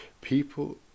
People